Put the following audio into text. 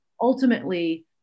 ultimately